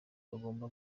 ugomba